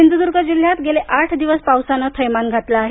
सिंधुद्ग जिल्ह्यात गेले आठ दिवस पावसान थैमान घातलं आहे